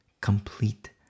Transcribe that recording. complete